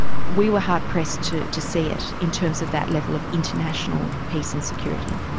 we were hard pressed to to see it in terms of that level of international peace and security.